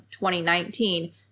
2019